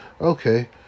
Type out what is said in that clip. okay